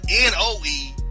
N-O-E